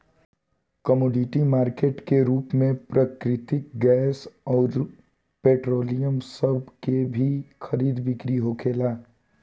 commodity market के रूप में प्राकृतिक गैस अउर पेट्रोलियम सभ के भी खरीद बिक्री होखेला